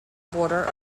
border